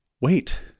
Wait